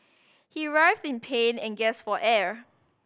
he writhed in pain and gasped for air